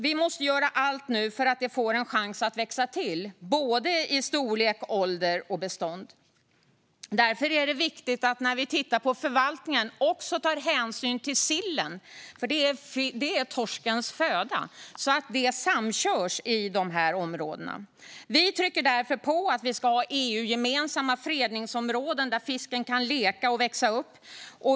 Vi måste nu göra allt så att den får en chans att växa till i storlek, ålder och bestånd. Därför är det viktigt att vi när vi ser på förvaltningen också tar hänsyn till sillen, eftersom den är torskens föda. Detta måste samköras i de här områdena. Vi moderater trycker därför på att det ska finnas EU-gemensamma fredningsområden där fisken kan leka och växa upp.